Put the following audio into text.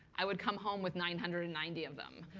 i would come home with nine hundred and ninety of them.